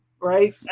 right